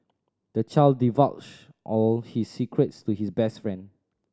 the child divulged all his secrets to his best friend